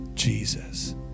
Jesus